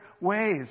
ways